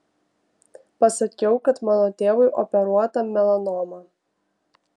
pasakiau kad mano tėvui operuota melanoma